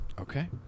okay